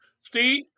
Steve